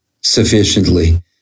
sufficiently